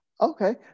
Okay